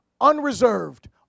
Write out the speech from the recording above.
unreserved